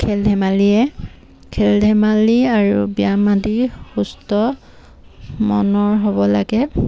খেল ধেমালিয়ে খেল ধেমালি আৰু ব্যায়াম আদি সুস্থ মনৰ হ'ব লাগে